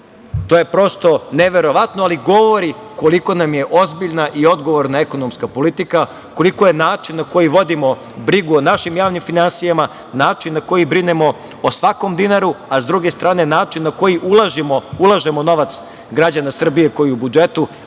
To je prosto neverovatno, ali govori koliko nam je ozbiljna i odgovorna ekonomska politika, koliko je način na koji vodimo brigu o našim javnim finansijama, način na koji brinemo o svakom dinaru, a s druge strane način na koji ulažemo novac građana Srbije koji je u budžetu